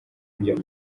byo